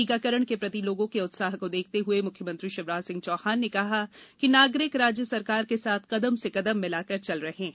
टीकाकरण के प्रति लोगों के उत्साह को देखते हुए मुख्यमंत्री शिवराज सिंह चौहान ने कहा कि नागरिक राज्य सरकार के साथ कदम कदम से मिलाकर चल रहे हैं